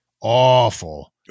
awful